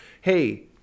Hey